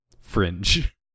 Fringe